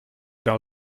dans